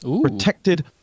Protected